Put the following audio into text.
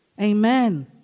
Amen